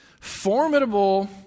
formidable